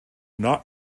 not